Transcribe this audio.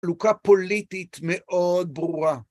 חלוקה פוליטית מאוד ברורה.